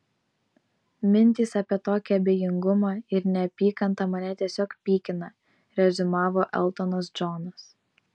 mintys apie tokį abejingumą ir neapykantą mane tiesiog pykina reziumavo eltonas džonas